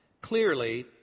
Clearly